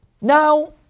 Now